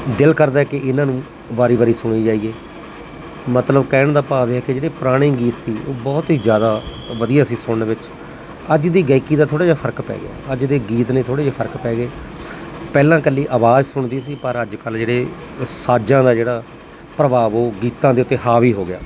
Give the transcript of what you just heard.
ਦਿਲ ਕਰਦਾ ਕਿ ਇਹਨਾਂ ਨੂੰ ਵਾਰੀ ਵਾਰੀ ਸੁਣੀ ਜਾਈਏ ਮਤਲਬ ਕਹਿਣ ਦਾ ਭਾਵ ਇਹ ਹੈ ਕਿ ਜਿਹੜੇ ਪੁਰਾਣੇ ਗੀਤ ਸੀ ਉਹ ਬਹੁਤ ਹੀ ਜ਼ਿਆਦਾ ਵਧੀਆ ਸੀ ਸੁਣਨ ਵਿੱਚ ਅੱਜ ਦੀ ਗਾਇਕੀ ਦਾ ਥੋੜ੍ਹਾ ਜਿਹਾ ਫਰਕ ਪੈ ਗਿਆ ਅੱਜ ਦੇ ਗੀਤ ਨੇ ਥੋੜ੍ਹੇ ਜਿਹੇ ਫਰਕ ਪੈ ਗਏ ਪਹਿਲਾਂ ਇਕੱਲੀ ਆਵਾਜ਼ ਸੁਣਦੀ ਸੀ ਪਰ ਅੱਜ ਕੱਲ੍ਹ ਜਿਹੜੇ ਸਾਜਾਂ ਦਾ ਜਿਹੜਾ ਪ੍ਰਭਾਵ ਉਹ ਗੀਤਾ ਦੇ ਉੱਤੇ ਹਾਵੀ ਹੋ ਗਿਆ